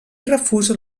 refusa